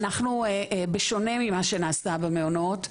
אנחנו בשונה ממה שנעשה במעונות,